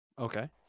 Okay